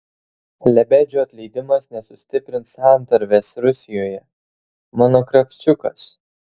lebedžio atleidimas nesustiprins santarvės rusijoje mano kravčiukas